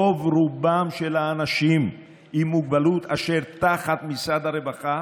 רובם של האנשים אם מוגבלות אשר תחת משרד הרווחה